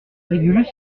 régulus